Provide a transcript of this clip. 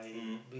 mm